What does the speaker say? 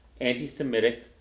anti-Semitic